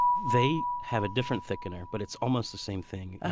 they have a different thickener, but it's almost the same thing,